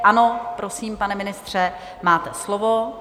Ano, prosím, pane ministře, máte slovo.